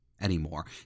anymore